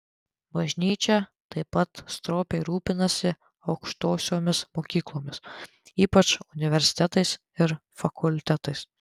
bažnyčia taip pat stropiai rūpinasi aukštosiomis mokyklomis ypač universitetais ir fakultetais